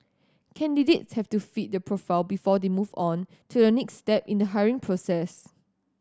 candidates have to fit the profile before they move on to the next step in the hiring process